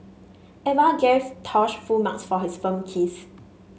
Eva gave Tosh full marks for his film kiss